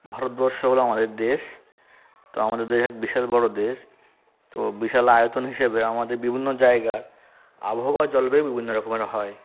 ভারতবর্ষ হল আমাদের দেশ তো আমাদের দেশ বিশাল বড় দেশ তো বিশাল আয়তন হিসাবে আমাদের বিভিন্ন জায়গার আবহাওয়া জলবায়ু বিভিন্ন রকমের হয়